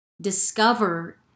discover